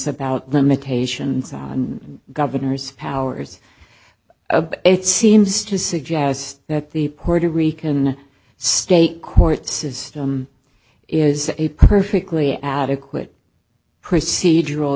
about limitations on governor's powers it seems to suggest that the puerto rican state court says is a perfectly adequate procedural